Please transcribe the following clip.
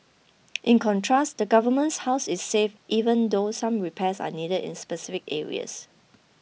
in contrast the government's house is safe even though some repairs are needed in specific areas